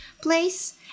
place